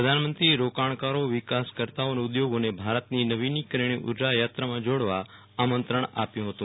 પ્રધાનમંત્રી શ્રી મોદીએ રોકાણકારો વિકાસકર્તાઓ અને ઉધોગોને ભારતની નવીનીકરણીય ઉર્જા યાત્રામાં જોડાવા આમંત્રણ આપ્યું હતું